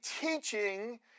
teaching